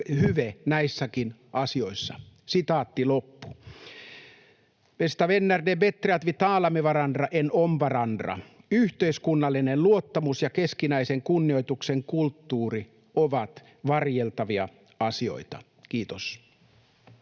hyve näissäkin asioissa.” Bästa vänner, det är bättre att vi talar med varandra än om varandra. Yhteiskunnallinen luottamus ja keskinäisen kunnioituksen kulttuuri ovat varjeltavia asioita. — Kiitos.